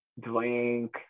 drink